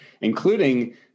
including